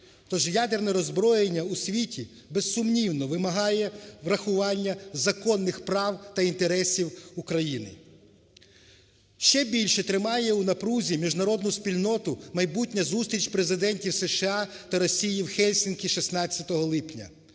То ж, ядерне роззброєння у світі, безсумнівно, вимагає врахування законних прав та інтересів України. Ще більше тримає у напрузі міжнародну спільноту майбутня зустріч президентів США та Росії в Гельсінкі 16 липня.